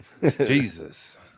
jesus